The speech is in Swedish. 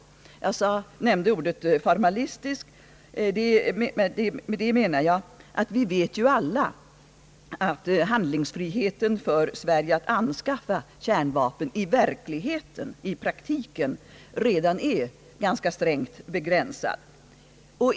Jag nämnde ordet »formalistiska». Med det menar jag att vi alla vet att Sveriges handlingsfrihet att anskaffa kärnvapen i praktiken redan är ganska strängt begränsad.